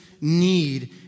need